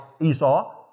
Esau